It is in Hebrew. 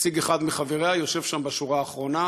נציג אחד מחבריה יושב שם בשורה האחרונה,